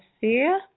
see